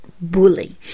bully